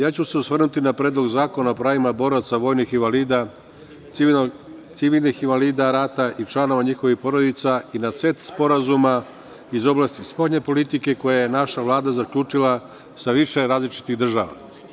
Ja ću se osvrnuti na Predlog zakona o pravima boraca, vojnih invalida, civilnih invalida rada i članova njihovih porodica i na set sporazuma iz oblasti spoljne politike koje je naša Vlada zaključila sa više različitih država.